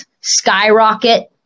skyrocket